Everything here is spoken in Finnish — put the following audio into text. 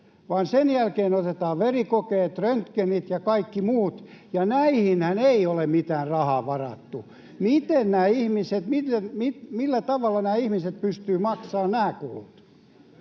vaan sen jälkeen otetaan verikokeet, röntgenit ja kaikki muut, ja näihinhän ei ole mitään rahaa varattu. Millä tavalla nämä ihmiset pystyvät maksamaan nämä kulut?